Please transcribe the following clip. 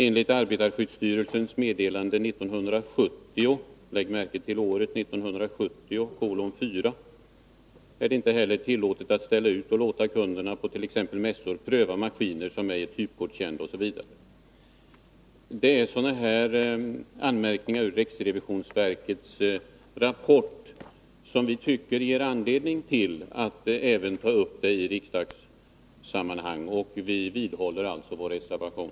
Enligt ASS medd 1970:4” — lägg märke till året — ”är det inte heller tillåtet att ställa ut och låta kunderna på t ex mässor pröva maskiner som ej är typgodkända —--.” Det är sådana här anmärkningar i riksrevisionsverkets rapport som vi tycker ger anledning till att även ta upp frågan i riksdagssammanhang, och vi vidhåller alltså vår reservation.